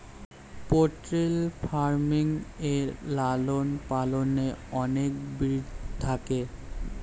poultry farming এ লালন পালনে অনেক ব্রিড থাকে